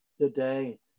today